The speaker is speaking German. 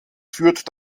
führt